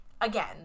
again